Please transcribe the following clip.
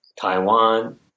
Taiwan